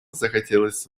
захотелось